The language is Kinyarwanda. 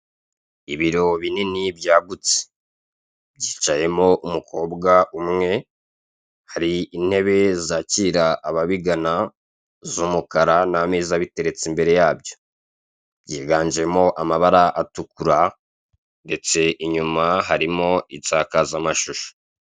ibiro binini byagutse byicayemo umukobwa umwe hari intebe zacyira ababigana z'umukara n'ameza abiteretse imbere yabyo byiganjemo amabara atukura ndetse inyuma harimo insakazamashusho.